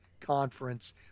conference